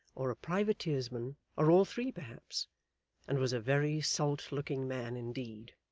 or a privateersman, or all three perhaps and was a very salt-looking man indeed.